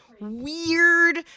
weird